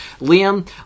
Liam